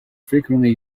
frequently